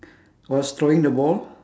was throwing the ball